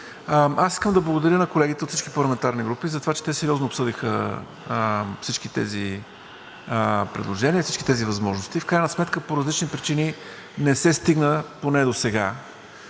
Аз искам да благодаря на колегите от всички парламентарни групи, затова че те сериозно обсъдиха всички тези предложения и всички тези възможности. В крайна сметка по различни причини не се стигна – поне досега,